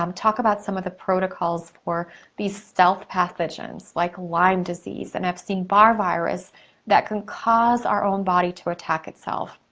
um talk about some of the protocols for these stealth pathogens like lyme disease and epstein-barr virus that can cause our own body to attack itself.